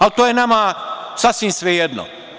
Ali, to je nama sasvim svejedno.